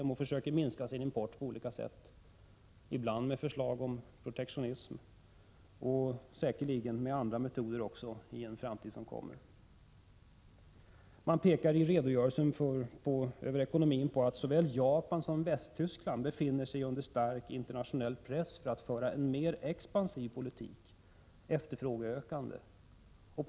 Man måste försöka minska sin import på olika sätt — bl.a. genom förslag till protektionism. Säkerligen tar man också till andra metoder i framtiden. I redogörelsen för ekonomin pekar regeringen på att såväl Japan som Västtyskland befinner sig under stark internationell press när det gäller att föra en mer expansiv politik, en politik som innebär att efterfrågan ökar.